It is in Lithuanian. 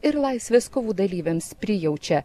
ir laisvės kovų dalyviams prijaučia